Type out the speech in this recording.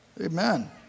Amen